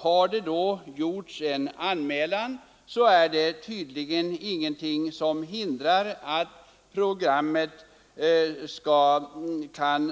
Har det gjorts en anmälan är det tydligen ändå ingenting som hindrar att program met